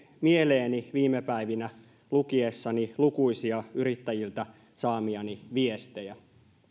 mieleeni viime päivinä lukiessani lukuisia yrittäjiltä saamiani viestejä